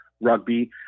rugby